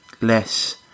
less